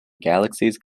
galaxies